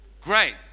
great